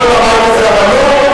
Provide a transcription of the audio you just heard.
לוקחים אדמות שלנו,